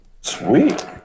Sweet